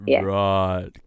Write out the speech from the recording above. right